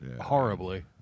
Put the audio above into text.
horribly